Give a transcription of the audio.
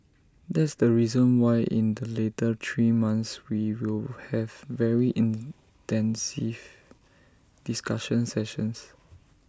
that's the reason why in the later three months we will have very intensive discussion sessions